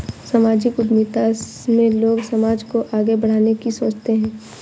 सामाजिक उद्यमिता में लोग समाज को आगे बढ़ाने की सोचते हैं